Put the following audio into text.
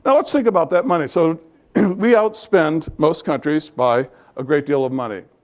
and let's think about that money. so we outspend most countries by a great deal of money.